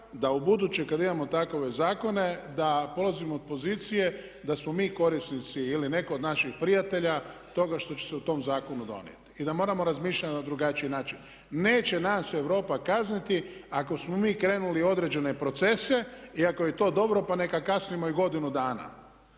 da u buduće kad imamo takove zakone da polazimo od pozicije da smo mi korisnici ili netko od naših prijatelja toga što će se u tom zakonu donijeti i da moramo razmišljati na drugačiji način. Neće nas Europa kazniti ako smo mi krenuli u određene procese i ako je to dobro, pa neka kasnimo i godinu dana.